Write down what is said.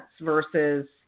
versus